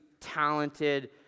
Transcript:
talented